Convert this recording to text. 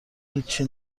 هیچی